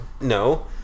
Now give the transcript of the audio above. No